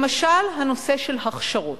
למשל הנושא של הכשרות.